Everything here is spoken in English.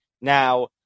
Now